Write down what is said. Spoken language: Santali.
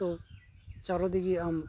ᱛᱳ ᱪᱟᱨᱚᱫᱤᱜᱮ ᱟᱢ